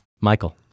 Michael